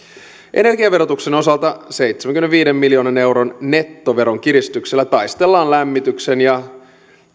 energiaverotuksen osalta seitsemänkymmenenviiden miljoonan euron nettoveron kirityksellä taistellaan lämmityksen ja